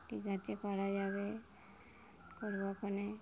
ঠিক আছে করা যাবে করবখনে